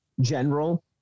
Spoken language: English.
general